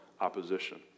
opposition